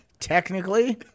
technically